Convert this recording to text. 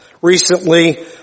recently